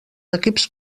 equips